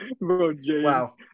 Wow